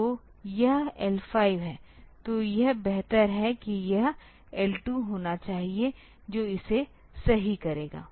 तो यह L5 है तो यह बेहतर है की यह L2 होना चाहिए जो इसे सही करेगा